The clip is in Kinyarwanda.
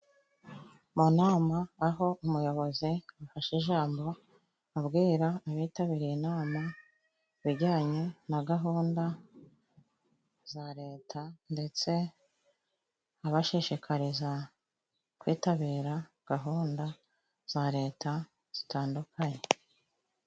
Mu nama aho umuyobozi afashe ijambo, abwira abitabiriye inama ibijyanye na gahunda za leta, ndetse abashishikariza kwitabira gahunda za leta zitandukanye.